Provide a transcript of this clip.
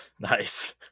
nice